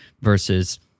versus